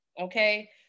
Okay